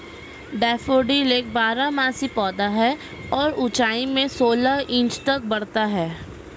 daffodil एक बारहमासी पौधा है और ऊंचाई में सोलह इंच तक बढ़ता है